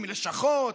עם לשכות,